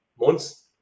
months